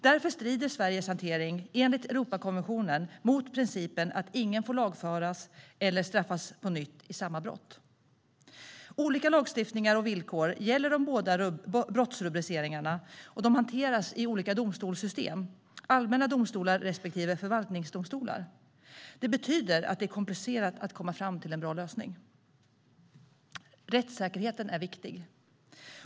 Därför strider Sveriges hantering enligt Europakonventionen mot principen att ingen får lagföras eller straffas på nytt i samma brott. Olika lagstiftningar och villkor gäller för de båda brottsrubriceringarna, och de hanteras i olika domstolssystem, allmänna domstolar respektive förvaltningsdomstolar. Det betyder att det är komplicerat att komma fram till en bra lösning. Rättssäkerheten är viktig.